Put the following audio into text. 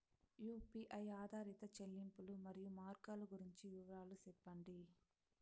UPI ఆధారిత చెల్లింపులు, మరియు మార్గాలు గురించి వివరాలు సెప్పండి?